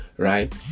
right